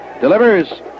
delivers